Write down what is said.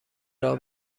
راه